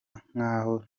nk’aho